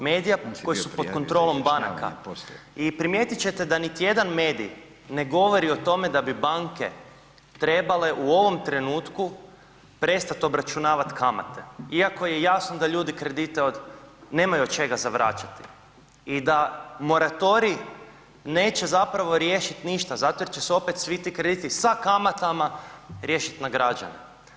Medija koji su pod kontrolom banaka i primijetit ćete da niti jedan medij ne govori o tome da bi banke trebale u ovom trenutku prestat obračunavat kamate iako je jasno da ljudi kredite nemaju od čega za vraćati i da moratorij neće zapravo riješiti ništa zato jer će se opet svi ti krediti sa kamatama riješit na građane.